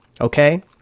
okay